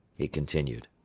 he continued.